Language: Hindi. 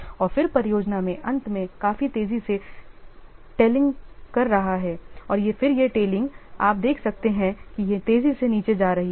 और फिर परियोजना के अंत में काफी तेजी से टेलिंग कर रहा है और फिर यह टेलिंग आप देख सकते हैं कि यह तेजी से नीचे जा रही है